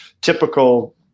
typical